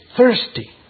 thirsty